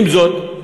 עם זאת,